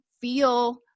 feel